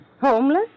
Homeless